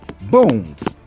Bones